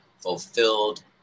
fulfilled